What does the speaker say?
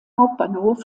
hauptbahnhof